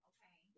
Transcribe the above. Okay